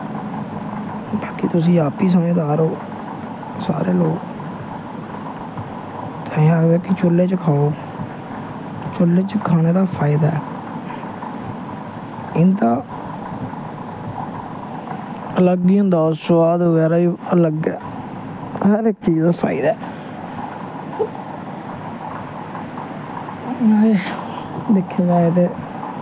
बाकी तुस आपूं समझदार ओ सारे लोग ताइयैं आखा ना कि चूह्ले च खाओ चूह्ले च खाने दा फायदा ऐ इं'दा अलग ई होंदा सोआद बगैरा अलग ऐ तां गै फायदा ऐ दिक्खेआ जाए ते